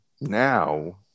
Now